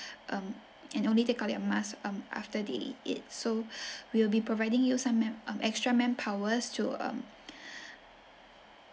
um and only take out their masks um after they eat so we will be providing you some man um extra manpowers to um